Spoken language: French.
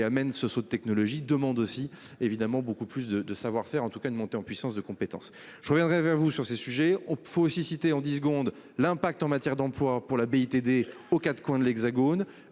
amène ce saut de technologie demande aussi évidemment beaucoup plus de de savoir-faire en tout cas une montée en puissance de compétences, je reviendrai vers vous sur ces sujets, on peut aussi citer en 10 secondes l'impact en matière d'emploi pour la abbaye. Aux 4 coins de l'Hexagone